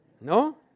No